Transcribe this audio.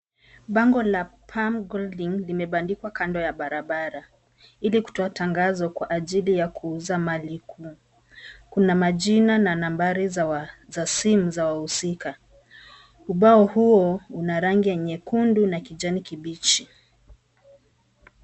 Bango la Pam Golding limepandikwa kando ya barabara, kutoa tangazo kwa ajili ya kuuza mali kuu, kuna majina na nambari za simu za wahusika. Ubao huo una rangi ya nyekundu na kijani kibichi.